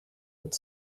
but